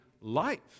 life